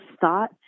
thought